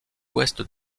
ouest